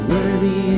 Worthy